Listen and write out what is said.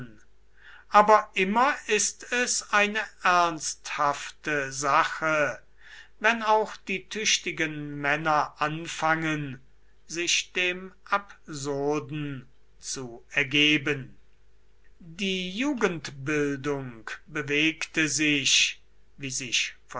aber immer ist es eine ernsthafte sache wenn auch die tüchtigen männer anfangen sich dem absurden zu ergeben die jugendbildung bewegte sich wie sich